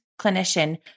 clinician